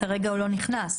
כרגע הוא לא נכנס.